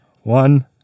one